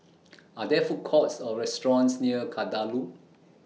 Are There Food Courts Or restaurants near Kadaloor